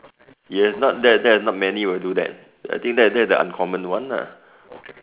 yes not that that there's not many will do that I think that that's the uncommon one lah